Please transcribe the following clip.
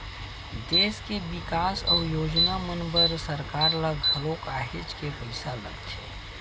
देस के बिकास अउ योजना मन बर सरकार ल घलो काहेच के पइसा लगथे